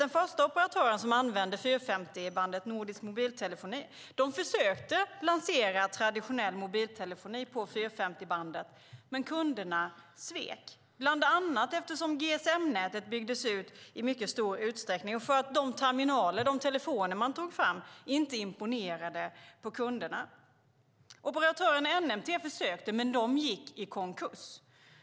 Den första operatör som använde 450-bandet, Nordisk Mobiltelefon, försökte lansera traditionell mobiltelefoni på 450-bandet, men kunderna svek, bland annat eftersom GSM-nätet byggdes ut i mycket stor utsträckning och de telefoner som togs fram inte imponerade på kunderna. NMT försökte, men det gick i konkurs.